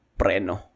preno